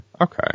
Okay